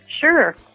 Sure